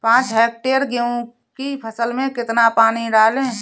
पाँच हेक्टेयर गेहूँ की फसल में कितना पानी डालें?